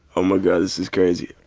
oh, my god, this is crazy.